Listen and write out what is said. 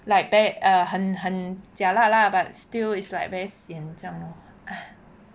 like ver~ 很很 jialat lah but still it's like very sian 这样 lor